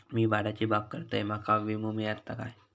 मी माडाची बाग करतंय माका विमो मिळात काय?